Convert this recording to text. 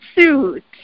suit